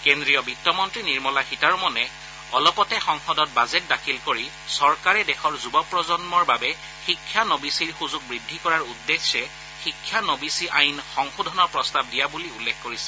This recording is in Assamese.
কেন্দ্ৰীয় বিত্ত মন্ত্ৰী নিৰ্মলা সীতাৰমণে অলপতে সংসদত বাজেট দাখিল কৰি চৰকাৰে দেশৰ যুৱ প্ৰজন্মৰ বাবে শিক্ষানবিচিৰ সুযোগ বৃদ্ধি কৰাৰ উদ্দেশ্যে শিক্ষানবিচি আইন সংশোধনৰ প্ৰস্তাৱ দিয়া বুলি উল্লেখ কৰিছিল